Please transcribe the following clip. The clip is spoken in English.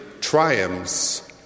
triumphs